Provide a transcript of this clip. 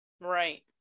right